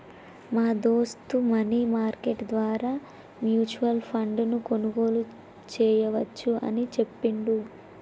మా దోస్త్ money market ద్వారా మ్యూచువల్ ఫండ్ ను కొనుగోలు చేయవచ్చు అని చెప్పిండు